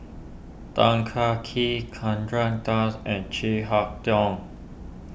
Tan Kah Kee Chandra Das and Chin Harn Tong